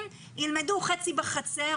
ילמדו חצי בחצר.